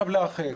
רוצים לאחד.